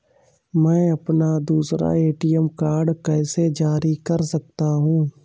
मैं अपना दूसरा ए.टी.एम कार्ड कैसे जारी कर सकता हूँ?